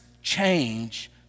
change